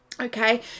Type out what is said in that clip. Okay